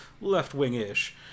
left-wing-ish